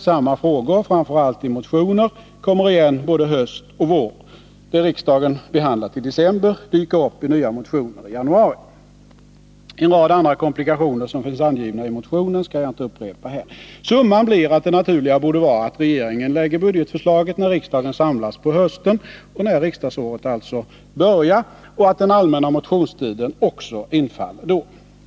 Samma frågor — framför allt i motioner — kommer igen både höst och vår. Det riksdagen behandlat i december dyker upp i nya motioner i januari. En rad andra komplikationer som finns angivna i motionen skall jag inte upprepa här. Summan blir att det naturliga borde vara att regeringen lägger fram budgetförslaget när riksdagen samlas på hösten och att den allmänna motionstiden också infaller då.